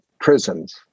prisons